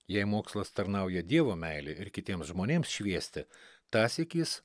jei mokslas tarnauja dievo meilei ir kitiems žmonėms šviesti tąsyk jis